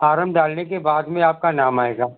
form डालने के बाद में आपका नाम आएगा